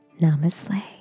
Namaste